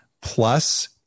plus